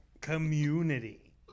community